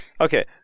Okay